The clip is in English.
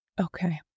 Okay